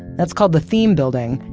that's called the theme building,